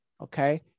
Okay